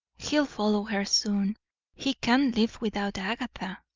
he'll follow her soon he can't live without agatha.